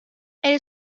elle